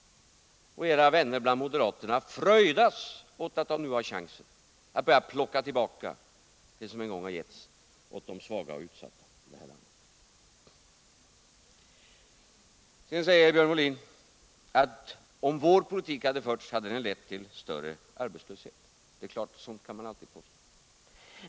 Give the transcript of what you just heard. Och era vänner bland moderaterna fröjdas åt att de nu har chansen att börja plocka tillbaka det som en gång har getts åt de svaga och utsatta här i landet. Sedan säger Björn Molin att om vår politik hade förts hade den lett till större arbetslöshet, och sådant kan man alltid påstå.